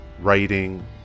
writing